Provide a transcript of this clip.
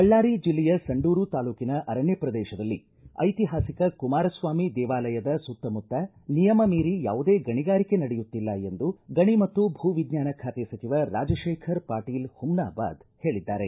ಬಳ್ಳಾರಿ ಜಿಲ್ಲೆಯ ಸಂಡೂರು ತಾಲೂಕಿನ ಅರಣ್ಯ ಪ್ರದೇಶದಲ್ಲಿನ ಐತಿಹಾಸಿಕ ಕುಮಾರಸ್ವಾಮಿ ದೇವಾಲದ ಸುತ್ತಮುತ್ತ ನಿಯಮ ಮೀರಿ ಯಾವುದೇ ಗಣಿಗಾರಿಕೆ ನಡೆಯುತ್ತಿಲ್ಲ ಎಂದು ಗಣಿ ಮತ್ತು ಭೂ ವಿಜ್ಞಾನ ಖಾತೆ ಸಚಿವ ರಾಜಶೇಖರ ಪಾಟೀಲ್ ಪುಮ್ನಾಬಾದ್ ಹೇಳಿದ್ದಾರೆ